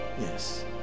Yes